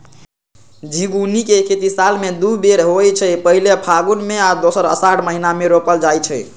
झिगुनी के खेती साल में दू बेर होइ छइ पहिल फगुन में आऽ दोसर असाढ़ महिना मे रोपल जाइ छइ